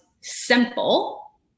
simple